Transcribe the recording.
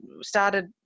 started